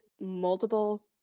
multiple